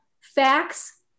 facts